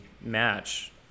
match